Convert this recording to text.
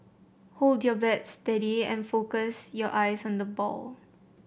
hold your bat steady and focus your eyes on the ball